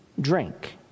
drink